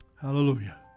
Hallelujah